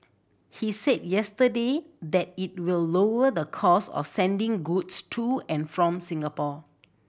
he said yesterday that it will lower the cost of sending goods to and from Singapore